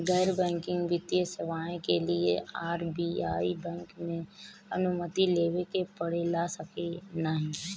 गैर बैंकिंग वित्तीय सेवाएं के लिए आर.बी.आई बैंक से अनुमती लेवे के पड़े ला की नाहीं?